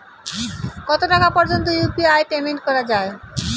কত টাকা পর্যন্ত ইউ.পি.আই পেমেন্ট করা যায়?